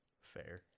Fair